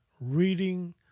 reading